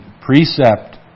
precept